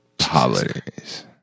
holidays